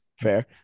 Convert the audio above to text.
Fair